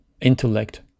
intellect